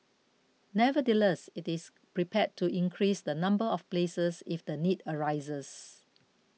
nevertheless it is prepared to increase the number of places if the need arises